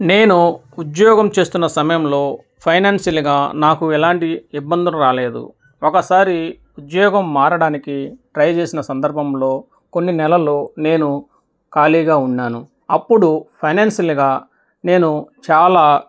నేను ఉద్యోగం చేస్తున్న సమయంలో ఫైనాన్షిల్గా నాకు ఎలాంటి ఇబ్బందులు రాలేదు ఒకసారి ఉద్యోగం మారడానికి ట్రై చేసిన సందర్భంలో కొన్ని నెలలు నేను ఖాళీగా ఉన్నాను అప్పుడు ఫైనాన్షిల్గా నేను చాలా